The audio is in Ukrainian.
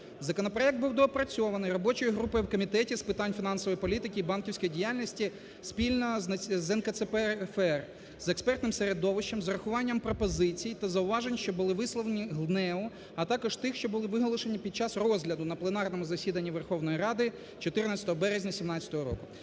Законопроект був доопрацьований робочою групою в Комітеті з питань фінансової політики і банківської діяльності спільно з НКЦПФР, з експертним середовищем, з урахуванням пропозицій та зауважень, що були висловлені ГНЕУ, а також тих, що були виголошені під час розгляду на пленарному засіданні Верховної Ради 14 березня 2017 року.